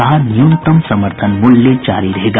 कहा न्यूनतम समर्थन मूल्य जारी रहेगा